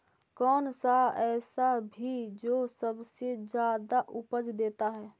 कौन सा ऐसा भी जो सबसे ज्यादा उपज देता है?